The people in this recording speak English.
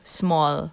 small